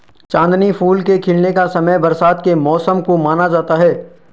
चांदनी फूल के खिलने का समय बरसात के मौसम को माना जाता है